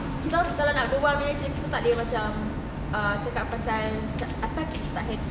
kita kalau nak berbual kita tak boleh macam ah cakap pasal macam asal kita tak happy